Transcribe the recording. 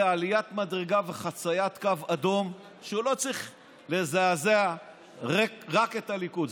עליית מדרגה וחציית קו אדום שהוא צריך לזעזע לא רק את הליכוד,